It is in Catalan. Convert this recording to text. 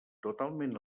totalment